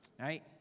Right